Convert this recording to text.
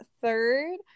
third